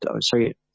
sorry